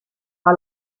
par